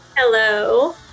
Hello